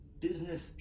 business